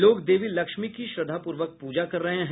लोग देवी लक्ष्मी की श्रद्धापूर्वक पूजा कर रहे हैं